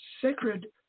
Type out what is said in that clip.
Sacred